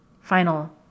final